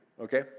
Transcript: okay